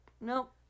nope